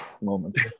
moments